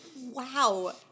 Wow